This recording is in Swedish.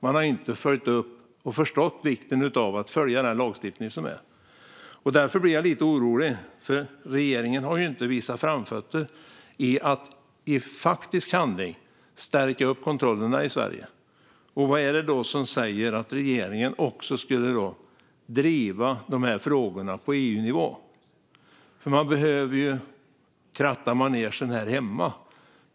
Man har inte följt upp och förstått vikten av att följa den lagstiftning som finns. Därför blir jag lite orolig. Regeringen har ju inte visat framfötterna när det gäller att i faktisk handling stärka upp kontrollerna i Sverige. Vad är det då som säger att regeringen skulle driva de här frågorna på EU-nivå? Man behöver kratta manegen här hemma.